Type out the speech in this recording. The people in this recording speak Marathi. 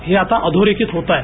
हे आता अधोरेखित होत आहे